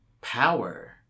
power